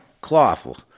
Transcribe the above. cloth